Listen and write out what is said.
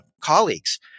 colleagues